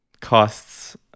costs